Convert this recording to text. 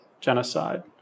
genocide